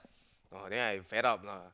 oh then I wake up lah